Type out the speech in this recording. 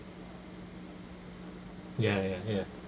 ya ya ya